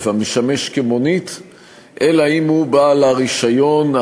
המשמש כמונית אלא אם הוא בעל הרישיון,